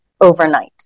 overnight